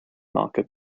marker